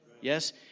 Yes